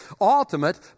Ultimate